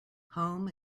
home